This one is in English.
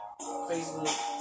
Facebook